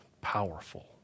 powerful